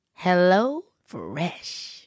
HelloFresh